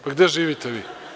Pa, gde živite vi?